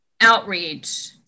outreach